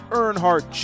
Earnhardt